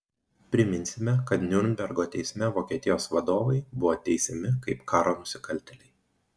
priminsime kad niurnbergo teisme vokietijos vadovai buvo teisiami kaip karo nusikaltėliai